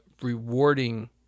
rewarding